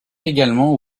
également